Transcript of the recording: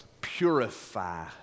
purify